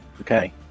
Okay